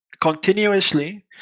continuously